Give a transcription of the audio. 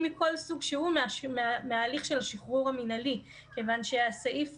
מכל סוג שהוא מההליך של השחרור המינהלי כיוון שסעיף